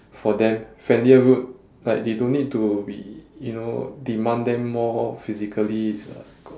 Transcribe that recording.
for them friendlier route like they don't need to be you know demand them more physically it's a g~